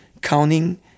counting